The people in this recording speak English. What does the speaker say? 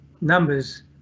numbers